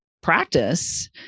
practice